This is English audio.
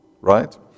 right